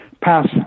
pass